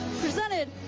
presented